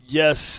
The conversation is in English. yes –